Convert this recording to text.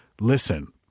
Listen